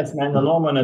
asmeninė nuomonė